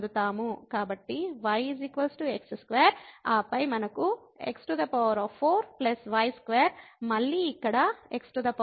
కాబట్టి y x2 ఆపై మనకు x4 y2 మళ్ళీ ఇక్కడ x4 ఉంది